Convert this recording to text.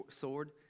sword